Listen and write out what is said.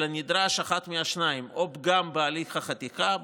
אלא נדרש אחד מהשניים: או פגם בהליך החקיקה,